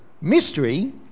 mystery